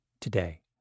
today